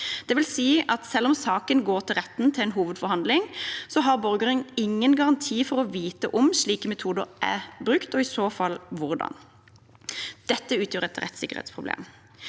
Det vil si at selv om saken går til retten til hovedforhandling, har borgeren ingen garanti for å få vite om slike metoder er brukt, og i så fall hvordan. Dette utgjør et rettssikkerhetsproblem.